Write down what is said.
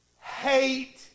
hate